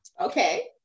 Okay